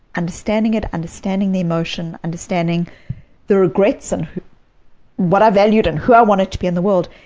understanding it, understanding the emotion, understanding the regrets and what i valued and who i wanted to be in the world,